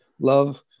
love